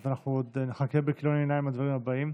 אז אנחנו עוד נחכה בכיליון עיניים לדברים הבאים.